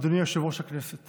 אדוני יושב-ראש הכנסת